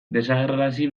desagerrarazi